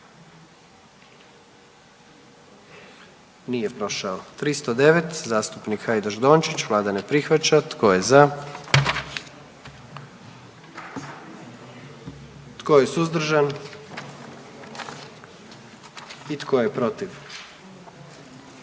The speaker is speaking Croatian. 44. Kluba zastupnika SDP-a, vlada ne prihvaća. Tko je za? Tko je suzdržan? Tko je protiv?